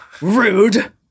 Rude